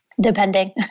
depending